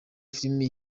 filime